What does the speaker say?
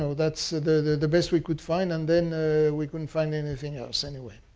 so that's the the best we could find. and then we couldn't find anything else anyway.